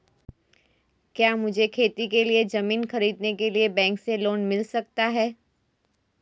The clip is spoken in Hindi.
क्या मुझे खेती के लिए ज़मीन खरीदने के लिए बैंक से लोन मिल सकता है?